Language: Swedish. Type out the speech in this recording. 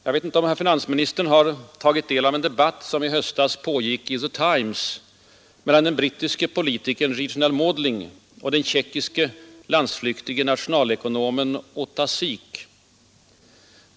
Jag vet inte om herr finansministern har tagit del av en debatt som i höstas pågick i The Times mellan den brittiske politikern Reginald Maudling och den tjeckiske landsflyktige ekonomen Ota Sik.